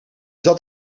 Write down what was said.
dat